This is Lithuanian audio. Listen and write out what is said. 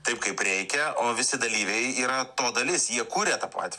taip kaip reikia o visi dalyviai yra to dalis jie kuria tą patį